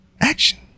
Action